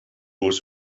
was